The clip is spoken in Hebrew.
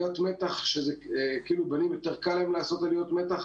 לבנים כאילו יותר קל לעשות עליית מתח,